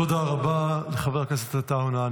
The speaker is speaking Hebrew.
תודה רבה לחבר הכנסת עטאונה.